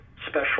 Special